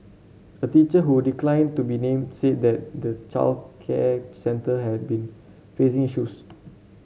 a teacher who declined to be named said that the childcare centre had been facing issues